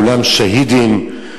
כולם שהידים,